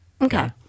okay